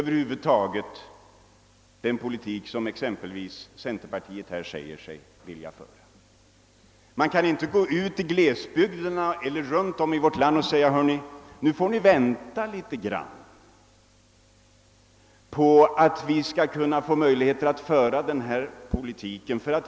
Vi kan inte gå ut runtom i landet och säga: »Nu får ni vänta på att vi skall få tillfälle att föra en sådan politik, som ni ute i bygderna kräver av oss och som vi har sagt — i valrörelser och i andra sammanhang — att vi vill föra.